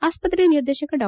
ಆಸ್ಪತ್ರೆಯ ನಿರ್ದೇಶಕ ಡಾ